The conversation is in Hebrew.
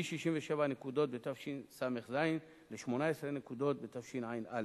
מ-67 נקודות בתשס"ז ל-18 נקודות בתשע"א,